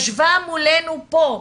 ישבה מולנו פה,